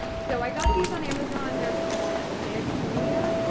so i got these on amazon. they're called maycolia.